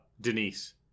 Denise